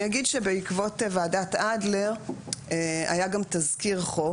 אני אגיד שבעקבות ועדת אדלר היה גם תזכיר חוק,